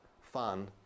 fun